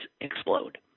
explode